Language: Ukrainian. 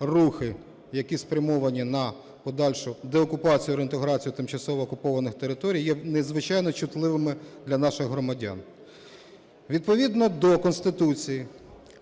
рухи, які спрямовані на подальшу деокупацію, реінтеграцію тимчасово окупованих територій є надзвичайно чутливими для наших громадян. Відповідно до Конституції